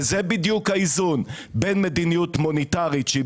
וזה בדיוק האיזון בין מדיניות מוניטרית שהיא